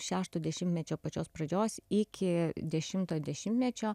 šešto dešimtmečio pačios pradžios iki dešimtojo dešimtmečio